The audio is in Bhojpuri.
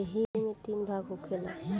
ऐइमे तीन भाग होखेला